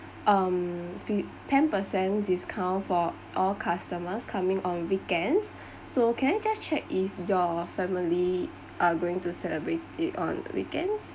um ten percent discount for all customers coming on weekends so can I just check if your family are going to celebrate it on weekends